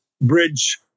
bridge